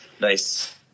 nice